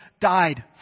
died